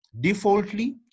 defaultly